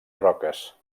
roques